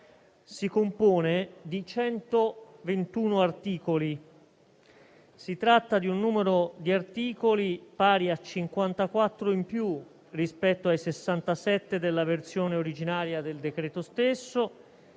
si compone di 121 articoli. Si tratta di un numero di articoli pari a 54 in più rispetto ai 67 della versione originaria del decreto-legge